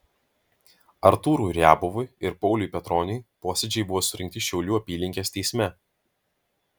artūrui riabovui ir pauliui petroniui posėdžiai buvo surengti šiaulių apylinkės teisme